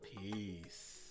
Peace